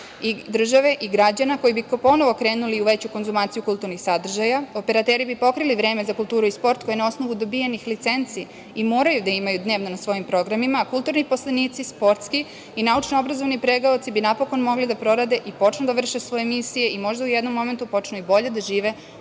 i države i građana koji bi ponovo krenuli u veću konzumaciju kulturnih sadržaja. Operateri bi pokrili vreme za kulturu i sport koji na osnovu dobijenih licenci i moraju da imaju dnevno na svojim programima, kulturni poslanici, sportski i naučno-obrazovni pregaoci bi napokon mogli da prorade i počnu da vrše svoje misije i možda u jednom momentu počnu i bolje da žive